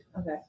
Okay